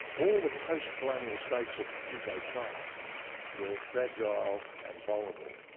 all the post colonial states of indochina were fragile and vulnerable